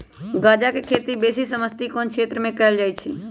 गञजा के खेती बेशी समशीतोष्ण क्षेत्र में कएल जाइ छइ